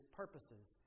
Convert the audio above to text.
purposes